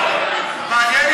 מעניין,